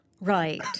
Right